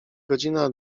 godzina